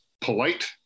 polite